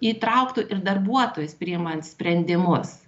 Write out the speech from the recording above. įtrauktų ir darbuotojus priimant sprendimus